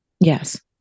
Yes